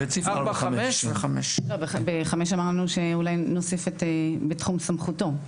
ב-5 אמרנו שאולי נוסיף את בתחום סמכותו.